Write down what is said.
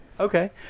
Okay